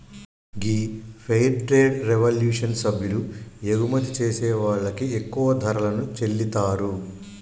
గీ fair trade revolution సభ్యులు ఎగుమతి చేసే వాళ్ళకి ఎక్కువ ధరలను చెల్లితారు